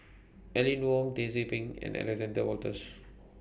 Aline Wong Dizzy Peng and Alexander Wolters